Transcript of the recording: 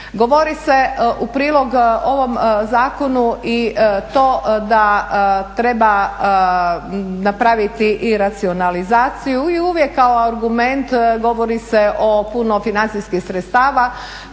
Govori se u prilog ovom zakonu i to da treba napraviti i racionalizaciju i uvijek kao argument govori se o puno financijskih sredstava